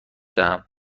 دهم